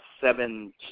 seven